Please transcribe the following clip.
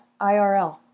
IRL